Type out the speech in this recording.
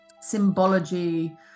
symbology